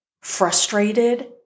frustrated